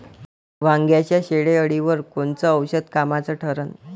वांग्याच्या शेंडेअळीवर कोनचं औषध कामाचं ठरन?